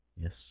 Yes